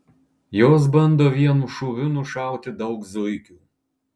jos bando vienu šūviu nušauti daug zuikių